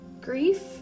Grief